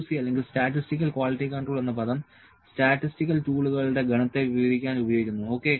C അല്ലെങ്കിൽ statistical quality control എന്ന പദം സ്റ്റാറ്റിസ്റ്റിക്കൽ ടൂളുകളുടെ ഗണത്തെ വിവരിക്കാൻ ഉപയോഗിക്കുന്നു ഓക്കേ